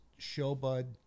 Showbud